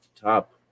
top